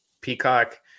Peacock